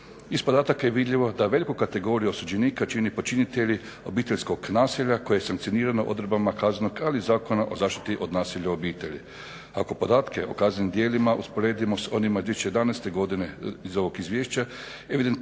Iz podataka je vidljivo da veliku kategoriju osuđenika čine počinitelji obiteljskog nasilja koje je sankcionirano odredbama kaznenog ali i Zakona o zaštiti od nasilja u obitelji. Ako podatke o kaznenim djelima usporedimo sa onima u 2011.godini iz ovog izvješća